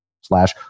slash